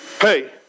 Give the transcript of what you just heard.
hey